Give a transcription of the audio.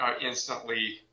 instantly